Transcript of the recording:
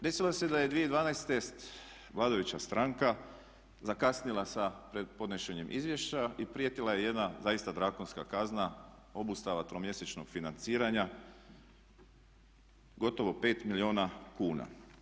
Desilo se da je 2012. vladajuća stranka zakasnila sa podnošenjem izvješća i prijetila je jedna zaista drakonska kazna obustava tromjesečnog financiranja gotovo 5 milijuna kuna.